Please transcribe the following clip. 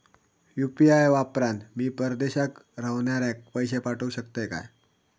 UPI वापरान मी परदेशाक रव्हनाऱ्याक पैशे पाठवु शकतय काय?